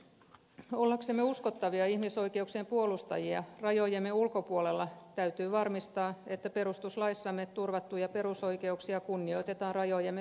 ollaksemme uskottavia ihmisoikeuksien puolustajia rajojemme ulkopuolella täytyy varmistaa että perustuslaissamme turvattuja perusoikeuksia kunnioitetaan rajojemme sisäpuolella